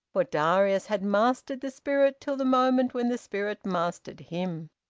for darius had mastered the spirit till the moment when the spirit mastered him.